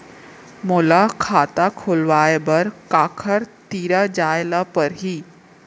मोला खाता खोलवाय बर काखर तिरा जाय ल परही?